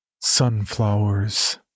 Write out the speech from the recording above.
Sunflowers